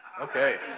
okay